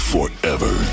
Forever